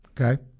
okay